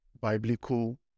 biblical